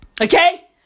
Okay